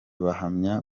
bahamya